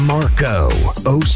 Marco